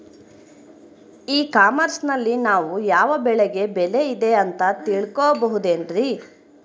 E commerce ನಲ್ಲಿ ನಾವು ಯಾವ ಬೆಳೆಗೆ ಬೆಲೆ ಇದೆ ಅಂತ ತಿಳ್ಕೋ ಬಹುದೇನ್ರಿ?